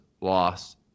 loss